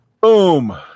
Boom